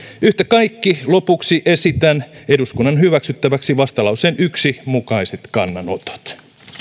yhtä kaikki lopuksi esitän eduskunnan hyväksyttäväksi vastalauseen yksi mukaiset kannanotot